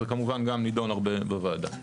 זה כמובן גם נידון הרבה בוועדה.